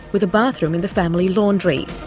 with a bathroom in the family laundry.